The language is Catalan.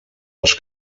els